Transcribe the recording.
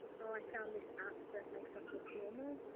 ah i found this app that makes us look normal.